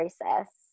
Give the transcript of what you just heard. process